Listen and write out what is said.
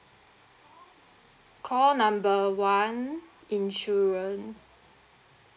call number one insurance